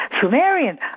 Sumerian